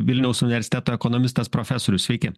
vilniaus universiteto ekonomistas profesorius sveiki